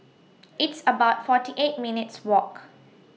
It's about forty eight minutes' Walk